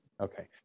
okay